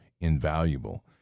invaluable